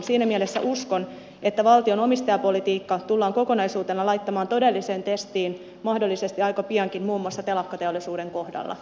siinä mielessä uskon että valtion omistajapolitiikka tullaan kokonaisuutena laittamaan todelliseen testiin mahdollisesti aika piankin muun muassa telakkateollisuuden kohdalla